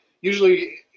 usually